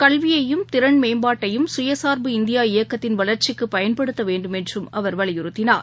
கல்வியையும் திறன் மேம்பாட்டையும் கயசாா்பு இந்தியா இயக்கத்தின் வளா்ச்சிக்கு பயன்படுத்த வேண்டுமென்றும் அவர் வலியுறுத்தினார்